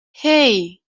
hey